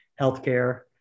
healthcare